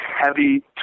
heavy